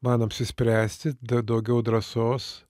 man apsispręsti da daugiau drąsos